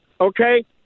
Okay